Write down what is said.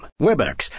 Webex